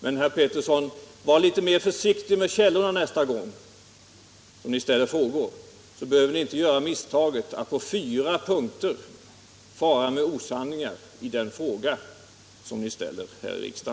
Men, herr Pettersson, var litet mer försiktig med källorna nästa gång ni ställer en fråga i riksdagen, så behöver ni inte göra misstaget att på fyra punkter fara med osanning.